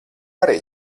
arī